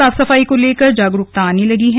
साफ सफाई को लेकर जागरूकता आने लगी है